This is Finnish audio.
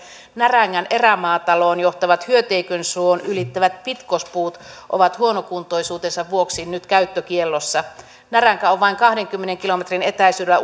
närängän erämaataloon johtavat hyöteikönsuon ylittävät pitkospuut ovat huonokuntoisuutensa vuoksi nyt käyttökiellossa näränkä on vain kahdenkymmenen kilometrin etäisyydellä